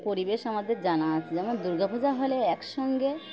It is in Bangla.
পরিবেশ আমাদের জানা আছে যেমন দুর্গাপূজা হলে একসঙ্গে